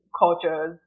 cultures